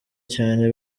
cyane